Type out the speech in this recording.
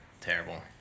Terrible